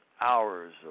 hours